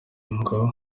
ngo